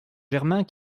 germains